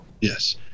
Yes